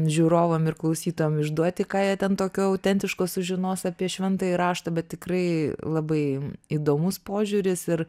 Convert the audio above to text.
žiūrovam ir klausytojam išduoti ką jie ten tokio autentiško sužinos apie šventąjį raštą bet tikrai labai įdomus požiūris ir